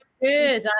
good